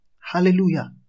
Hallelujah